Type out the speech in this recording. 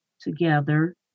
together